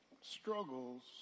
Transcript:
struggles